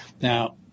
Now